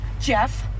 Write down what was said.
Jeff